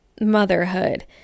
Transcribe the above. motherhood